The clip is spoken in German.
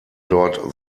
dort